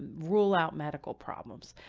rule out medical problems,